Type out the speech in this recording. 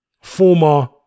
former